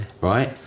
Right